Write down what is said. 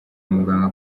muganga